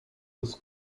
was